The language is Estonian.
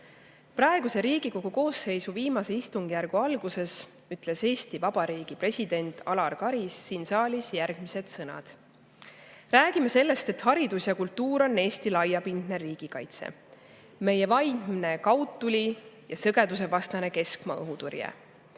Praeguse Riigikogu koosseisu viimase istungjärgu alguses ütles Eesti Vabariigi president Alar Karis siin saalis järgmised sõnad: "Räägime sellest, et haridus ja kultuur on Eesti laiapindne riigikaitse, meie vaimne kaudtuli ja sõgedusevastane keskmaa õhutõrje.